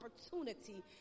opportunity